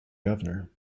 governor